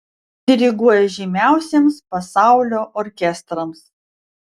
diriguoja žymiausiems pasaulio orkestrams